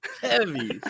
heavy